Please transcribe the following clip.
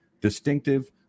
distinctive